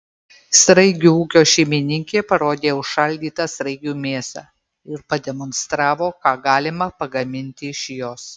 sraigių ūkio šeimininkė parodė užšaldytą sraigių mėsą ir pademonstravo ką galima pagaminti iš jos